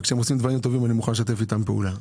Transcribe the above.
אבל כשהם עושים דברים טובים אני מוכן לשתף איתם פעולה.